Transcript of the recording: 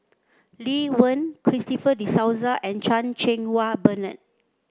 Lee Wen Christopher De Souza and Chan Cheng Wah Bernard